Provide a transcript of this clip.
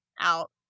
out